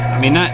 i mean that,